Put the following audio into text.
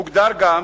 הוגדר גם